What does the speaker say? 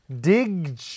Dig